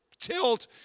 tilt